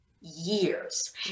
years